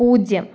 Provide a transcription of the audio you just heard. പൂജ്യം